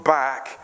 back